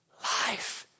life